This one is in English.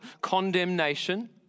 condemnation